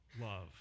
love